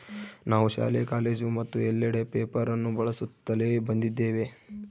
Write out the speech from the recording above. ನಾವು ಶಾಲೆ, ಕಾಲೇಜು ಮತ್ತು ಎಲ್ಲೆಡೆ ಪೇಪರ್ ಅನ್ನು ಬಳಸುತ್ತಲೇ ಬಂದಿದ್ದೇವೆ